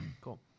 Cool